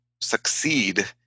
succeed